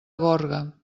gorga